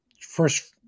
first